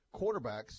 quarterbacks